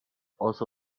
also